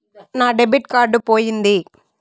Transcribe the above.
నా debit card పోయింది